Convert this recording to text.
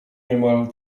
niemal